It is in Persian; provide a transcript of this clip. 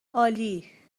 عالی